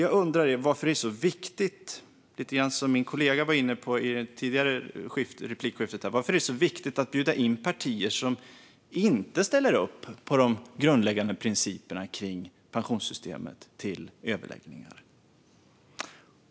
Jag undrar - lite som min kollega var inne på i det tidigare anförandet - varför det är så viktigt att bjuda in partier som inte ställer upp på de grundläggande principerna för pensionssystemet till överläggningar.